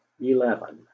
eleven